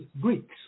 Greeks